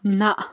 نہ